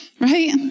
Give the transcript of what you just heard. Right